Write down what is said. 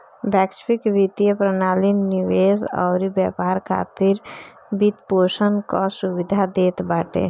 वैश्विक वित्तीय प्रणाली निवेश अउरी व्यापार खातिर वित्तपोषण कअ सुविधा देत बाटे